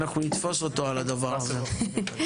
אנחנו נתפוס אותו על הדבר הזה,